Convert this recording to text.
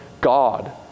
God